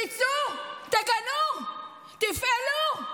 תצאו, תגנו, תפעלו,